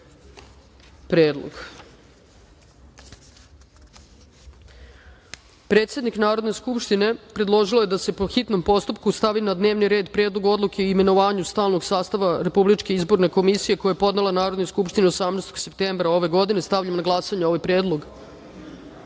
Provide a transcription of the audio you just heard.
predlog. Predsednik Narodne skupštine predložila je da se po hitnom postupku stavi na dnevni red Predlog odluke o imenovanju stalnog sastava Republičke izborne komisije, koji je podnela Narodnoj skupštini 18. septembra ove godine. Stavljam na glasanje ovaj